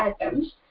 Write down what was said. atoms